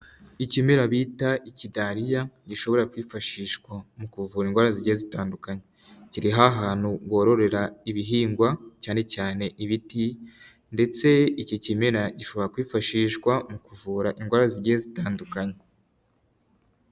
Ikimera bita ikidaririya gishobora kwifashishwa mu kuvura indwara zigiye zitandukanye kiri ha ahantu wororera ibihingwa cyane cyane ibiti ndetse iki kimeraa gishobora kwifashishwa mu kuvura indwara zigiye zitandukanye.